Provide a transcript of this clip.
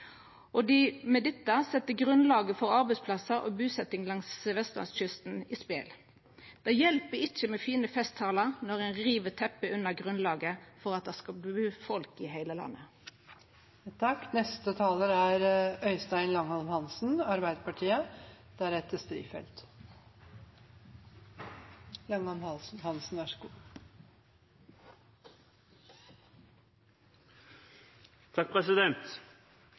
og at dei med dette set grunnlaget for arbeidsplassar og busetjing langs vestlandskysten i spel. Det hjelper ikkje med fine festtalar når ein riv teppet unna grunnlaget for at det skal bu folk i heile landet.